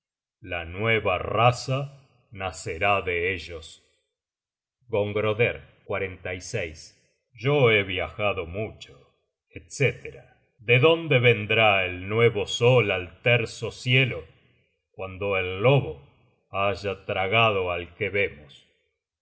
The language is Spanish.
la nueva raza nacerá de ellos gongroder yo he viajado mucho etc de dónde vendrá el nuevo sol al terso cielo cuando el lobo haya tragado al que vemos